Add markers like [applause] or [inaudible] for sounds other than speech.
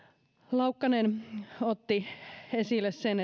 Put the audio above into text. laukkanen otti [unintelligible] [unintelligible] [unintelligible] esille sen [unintelligible]